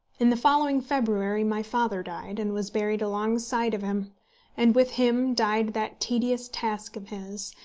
in the following february my father died, and was buried alongside of him and with him died that tedious task of his,